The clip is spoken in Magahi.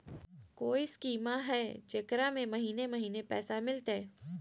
कोइ स्कीमा हय, जेकरा में महीने महीने पैसा मिलते?